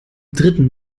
dritten